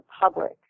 public